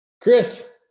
Chris